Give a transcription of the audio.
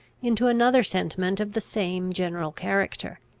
into another sentiment of the same general character.